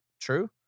true